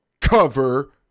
cover